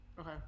Okay